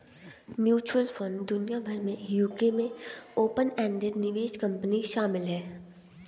mutual fund दुनिया भर में यूके में ओपन एंडेड निवेश कंपनी शामिल हैं